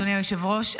אדוני היושב-ראש,